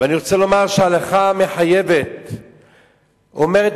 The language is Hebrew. ואני רוצה לומר שההלכה המחייבת אומרת: